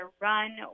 run